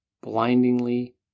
blindingly